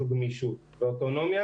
זו גמישות ואוטונומיה,